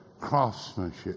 craftsmanship